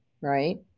right